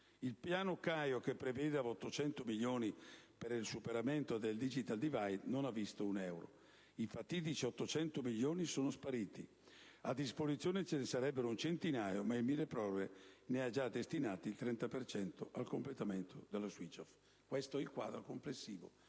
Il «Piano Caio» che prevedeva 800 milioni per il superamento del *digital divide* non ha visto un euro. I fatidici 800 milioni sono spariti: a disposizione ce ne sarebbero un centinaio, ma il milleproroghe ne ha già destinati 30 al completamento dello *switch-off*. Questo è il quadro complessivo